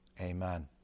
amen